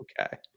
Okay